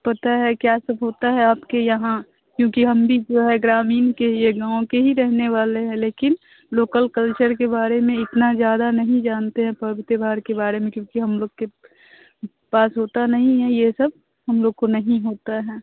पता है क्या सब होता है आपके यहाँ क्योंकि हम भी जो है ग्रामीण के ही ये गाँव के ही रहने वाले हैं लेकिन लोकल कल्चर के बारे में इतना ज़्यादा नहीं जानते हैं पर्व त्यौहार के बारे में क्योंकि हम लोग के पास होता नहीं है ये सब हम लोग को नहीं होता है